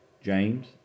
James